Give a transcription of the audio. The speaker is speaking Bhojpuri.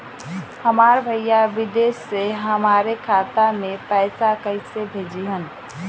हमार भईया विदेश से हमारे खाता में पैसा कैसे भेजिह्न्न?